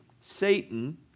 Satan